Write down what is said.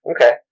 okay